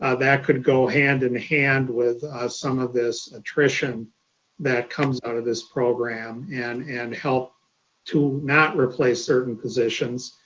that could go hand in hand with some of this attrition that comes out of this program and and help to not replace certain positions.